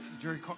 Jerry